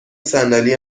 صندلی